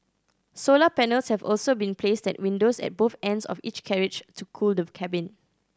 solar panels have also been placed at windows at both ends of each carriage to cool the cabin